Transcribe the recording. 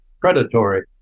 predatory